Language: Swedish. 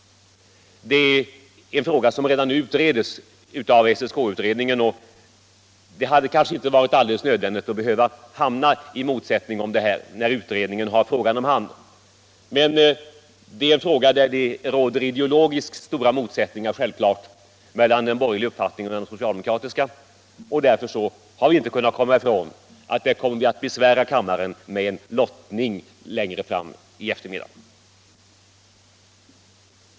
Den frågan utreds emellertid redan av SSK-utredningen, och det hade kanske inte varit alldeles nödvändigt att hamna i motsättning om den saken, när utredningen har frågan om hand. Men det är självfallet en fråga där det råder stora ideologiska motsättningar mellan den borgerliga uppfattningen och den socialdemokratiska, och därför har vi inte kunnat komma ifrån att besvära kammaren med lottning längre fram i eftermiddag.